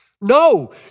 No